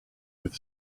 with